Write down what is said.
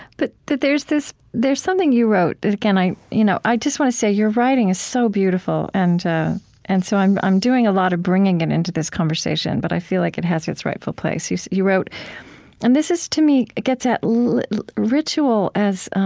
but there's this there's something you wrote that again, i you know i just want to say, your writing is so beautiful, and and so i'm i'm doing a lot of bringing it into this conversation, but i feel like it has its rightful place. you so you wrote and this is, to me, it gets at like ritual as